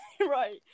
right